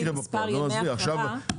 מספר ימי הפרה --- זה לא יקרה בפועל.